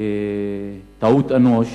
טעות אנוש,